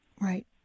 Right